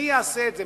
מי יעשה את זה?